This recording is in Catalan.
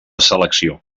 selecció